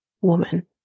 woman